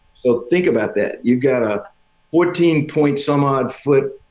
well, think about that. you've got a fourteen point some odd foot,